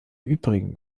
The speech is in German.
übrigen